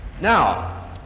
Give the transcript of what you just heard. Now